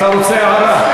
אתה רוצה הערה?